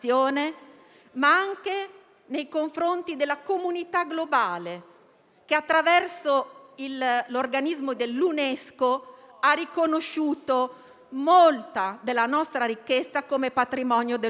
e anche verso la comunità globale che, attraverso l'organismo dell'UNESCO, ha riconosciuto molta della nostra ricchezza come patrimonio dell'umanità.